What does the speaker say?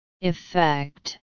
Effect